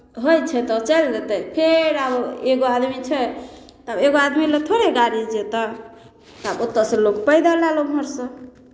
होइ छै तऽ चलि जेतै फेर आब ओ एगो आदमी छै तब एगो आदमी लए थोड़े गाड़ी जेतै आ ओतयसँ लोक पैदल आयल ओम्हरसँ